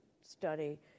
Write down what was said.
study